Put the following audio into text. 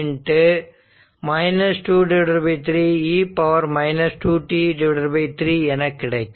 5 2 3 e 2t3 என கிடைக்கும்